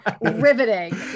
riveting